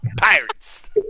pirates